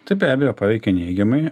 tai be abejo paveikia neigiamai